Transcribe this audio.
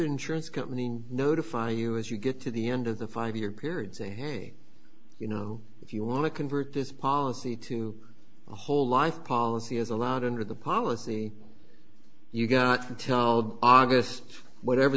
insurance company notify you as you get to the end of the five year period say hey you know if you want to convert this policy to a whole life policy is allowed under the policy you got to tell august whatever